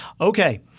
Okay